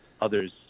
others